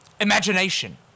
imagination